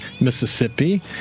Mississippi